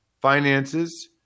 finances